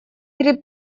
при